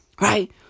Right